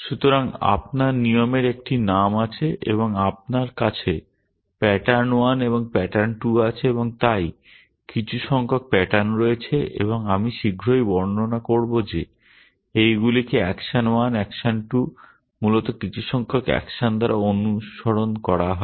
সুতরাং আপনার নিয়মের একটি নাম আছে এবং আপনার কাছে প্যাটার্ন 1 এবং প্যাটার্ন 2 আছে এবং তাই কিছু সংখ্যক প্যাটার্ন রয়েছে এবং আমি শীঘ্রই বর্ণনা করব যে এইগুলিকে অ্যাকশন 1 অ্যাকশন 2 মূলত কিছু সংখ্যক অ্যাকশন দ্বারা অনুসরণ করা হয়